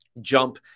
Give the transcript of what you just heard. jump